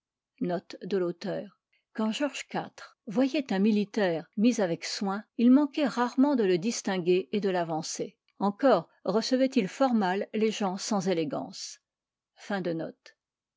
quand george iv voyait un militaire mis avec soin il manquait rarement de le distinguer et de l'avancer aussi recevait il fort mal les gens sans élégance